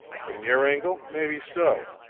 from your angle, maybe so,